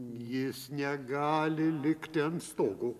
jis negali likti ant stogo